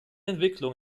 entwicklung